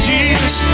Jesus